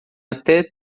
até